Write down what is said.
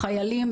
חיילים,